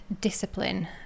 discipline